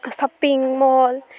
shopping mall